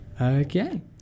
Okay